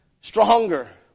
stronger